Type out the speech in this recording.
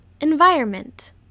Environment